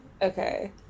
okay